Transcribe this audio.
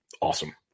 awesome